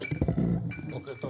בוקר טוב